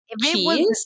Cheese